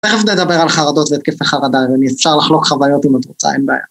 ‫תכף נדבר על חרדות והתקפי החרדה, ‫ואני אפשר לחלוק חוויות אם את רוצה, אין בעיה.